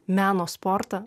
meno sportą